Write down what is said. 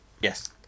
Yes